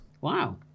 Wow